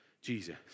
Jesus